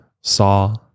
saw